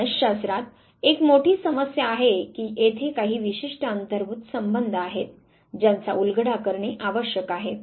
मानस शास्त्रात एक मोठी समस्या अशी आहे की येथे काही विशिष्ट अंतर्भूत संबंध आहेत ज्यांचा उलगडा करणे आवश्यक आहे